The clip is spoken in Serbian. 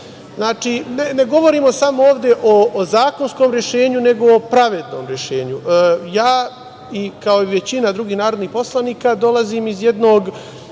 Zašto? Znači, ne govorimo samo ovde o zakonskom rešenju, nego o pravednom rešenju. Kao i većina drugih narodnih poslanika, dolazim iz jednog